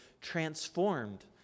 transformed